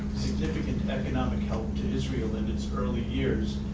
significant economic help to israel in its early years,